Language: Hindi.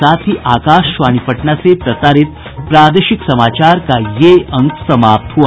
इसके साथ ही आकाशवाणी पटना से प्रसारित प्रादेशिक समाचार का ये अंक समाप्त हुआ